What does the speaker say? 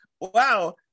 Wow